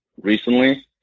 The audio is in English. recently